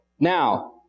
Now